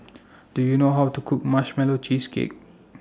Do YOU know How to Cook Marshmallow Cheesecake